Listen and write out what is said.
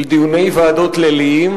של דיוני ועדות ליליים.